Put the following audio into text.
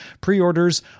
Pre-orders